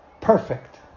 Perfect